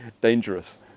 dangerous